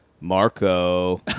Marco